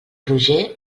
roger